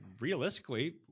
realistically